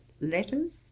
letters